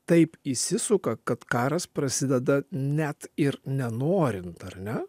taip įsisuka kad karas prasideda net ir nenorint ar ne